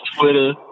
Twitter